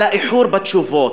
על האיחור בתשובות.